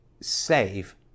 save